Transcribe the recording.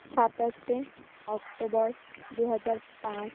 সাতাশে অক্টোবর দু হাজার পাঁচ